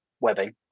webbing